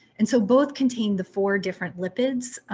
and so both contain the four different lipids.